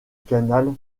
canal